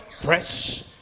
Fresh